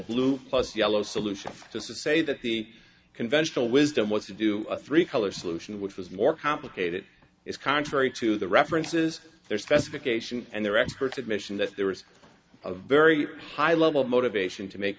blue plus yellow solution to say that the conventional wisdom was to do a three color solution which was more complicated is contrary to the references their specifications and their experts admission that there was a very high level of motivation to make